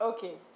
Okay